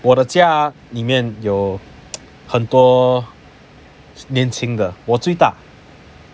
我的家里面有很多年轻的我最大